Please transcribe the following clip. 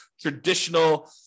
traditional